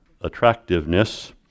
attractiveness